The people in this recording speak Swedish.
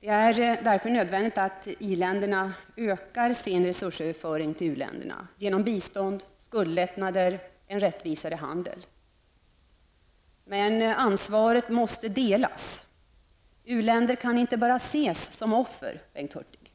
Det är därför nödvändigt att i-länderna ökar sin resursöverföring till u-länderna genom bistånd, skuldlättnader och rättvisare handel. Men ansvaret måste delas. U-länderna kan inte bara ses som offer, Bengt Hurtig.